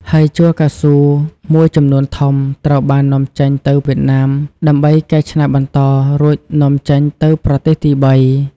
ហើយជ័រកៅស៊ូមួយចំនួនធំត្រូវបាននាំចេញទៅវៀតណាមដើម្បីកែច្នៃបន្ត រួចនាំចេញទៅប្រទេសទីបី។